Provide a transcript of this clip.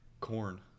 corn